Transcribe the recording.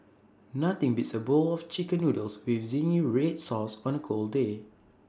nothing beats A bowl of Chicken Noodles with Zingy Red Sauce on A cold day